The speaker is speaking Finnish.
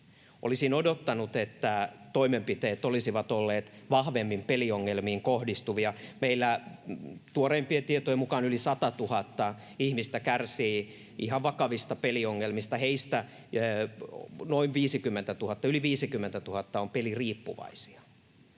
Olisin odottanut, että toimenpiteet olisivat olleet vahvemmin peliongelmiin kohdistuvia. Meillä tuoreimpien tietojen mukaan yli 100 000 ihmistä kärsii ihan vakavista peliongelmista — heistä yli 50 000 on peliriippuvaisia.